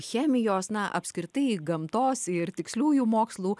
chemijos na apskritai gamtos ir tiksliųjų mokslų